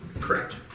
Correct